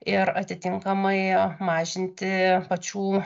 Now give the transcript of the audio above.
ir atitinkamai mažinti pačių